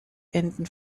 enden